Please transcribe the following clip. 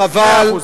חבל,